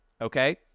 Okay